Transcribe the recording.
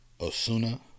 Osuna